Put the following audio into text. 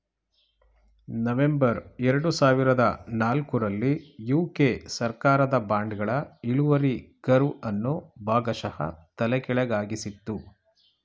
November ಎರಡು ಸಾವಿರದ ನಾಲ್ಕು ರಲ್ಲಿ ಯು.ಕೆ ಸರ್ಕಾರದ ಬಾಂಡ್ಗಳ ಇಳುವರಿ ಕರ್ವ್ ಅನ್ನು ಭಾಗಶಃ ತಲೆಕೆಳಗಾಗಿಸಿತ್ತು